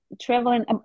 traveling